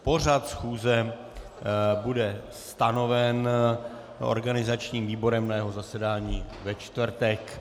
Pořad schůze bude stanoven organizačním výborem na jeho zasedání ve čtvrtek.